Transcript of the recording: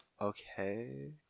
okay